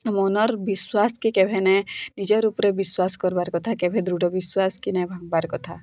ମନର୍ ବିଶ୍ୱାସ କେଭେ ନାୟ ନିଜର ଉପରେ ବିଶ୍ୱାସ କରିବାର କଥା କେବେ ଦୃଢ଼ ବିଶ୍ୱାସ କି ନାୟ ଭାଙ୍ଗବାର୍ କଥା